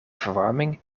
verwarming